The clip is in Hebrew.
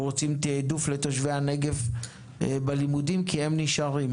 רוצים תיעדוף בלימודים לתושבי הנגב כי הם נשארים.